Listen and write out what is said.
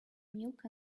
milk